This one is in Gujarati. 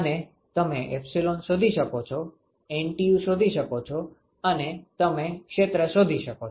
અને તમે એપ્સીલોન શોધી શકો છો NTU શોધી શકો છો અને તમે ક્ષેત્ર શોધી શકો છો